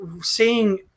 seeing